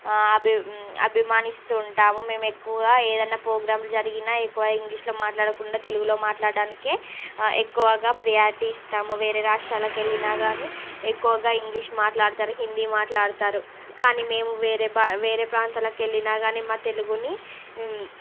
అభి అభిమానిస్తు ఉంటాము మేము ఎక్కువగా ఏదైనా ప్రోగ్రామ్ జరిగినా ఎక్కువ ఇంగ్లీషులో మాట్లాడకుండా తెలుగులో మాట్లాడడానికే ఎక్కువగా ప్రయారిటీ ఇస్తాము వేరే రాష్ట్రాలకు వెళ్ళిన కానీ ఎక్కువగా ఇంగ్లీష్ మాట్లాడతారు హిందీ మాట్లాడతారు కానీ మేము వేరే బాగా వేరే ప్రాంతంలో వెళ్ళినా కానీ మా తెలుగుని